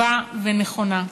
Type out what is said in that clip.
טובה ונכונה.